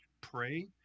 pray